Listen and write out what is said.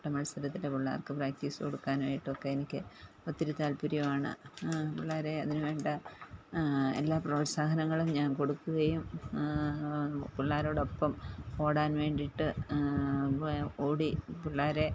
ഓട്ട മത്സരത്തില് പിള്ളേർക്ക് പ്രാക്ടീസ് കൊടുക്കാനായിട്ടൊക്കെ എനിക്ക് ഒത്തിരി താൽപര്യമാണ് പിള്ളേരെ അതിനുവേണ്ട എല്ലാ പ്രോത്സാഹനങ്ങളും ഞാൻ കൊടുക്കുകയും പിള്ളാരോടൊപ്പം ഓടാൻ വേണ്ടിയിട്ട് ഓടി പിള്ളാരെ